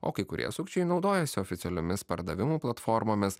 o kai kurie sukčiai naudojasi oficialiomis pardavimų platformomis